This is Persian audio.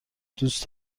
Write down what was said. دوست